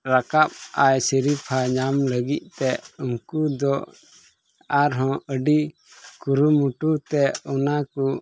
ᱨᱟᱠᱟᱵᱟᱭ ᱥᱤᱨᱳᱯᱟ ᱧᱟᱢ ᱞᱟᱹᱜᱤᱫ ᱛᱮ ᱩᱱᱠᱩ ᱫᱚ ᱟᱨᱦᱚᱸ ᱟᱹᱰᱤ ᱠᱩᱨᱩᱢᱩᱴᱩ ᱛᱮ ᱚᱱᱟᱠᱚ